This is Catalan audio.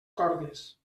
cordes